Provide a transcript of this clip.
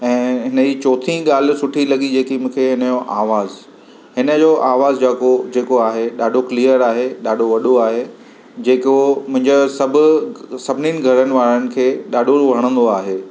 ऐं हिन जी चोथीं ॻाल्हि सुठी लॻी जेकी मूंखे हिन जो आवाज़ु हिन जो आवाज़ु जेको जेको आहे ॾाढो क्लियर आहे ॾाढो वॾो आहे जेको मुंहिंजो सभु सभिनीनि घरवारनि खे ॾाढो वणंदो आहे